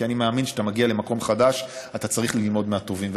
כי אני מאמין שכשאתה מגיע למקום חדש אתה צריך ללמוד מהטובים,